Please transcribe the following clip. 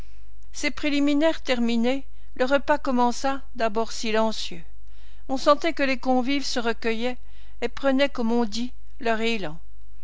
ces préliminaires terminés le repas commença d'abord silencieux on sentait que les convives se recueillaient et prenaient comme on dit leur élan